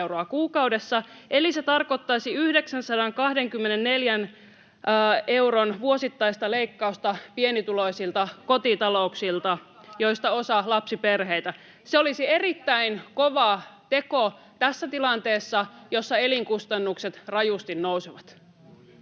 eli se tarkoittaisi 924 euron vuosittaista leikkausta pienituloisilta kotitalouksilta, joista osa lapsiperheitä. Se olisi erittäin kova teko tässä tilanteessa, jossa elinkustannukset rajusti nousevat.